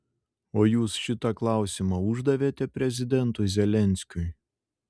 o jūs šitą klausimą uždavėte prezidentui zelenskiui